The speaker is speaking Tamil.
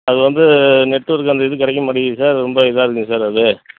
அது வந்து நெட்ஒர்க் அந்த இது கிடைக்க மாட்டேங்குது சார் ரொம்ப இதாக இருக்குதுங்க சார் அது